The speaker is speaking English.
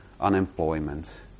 Unemployment